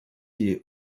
die